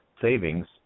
savings